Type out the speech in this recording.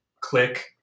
click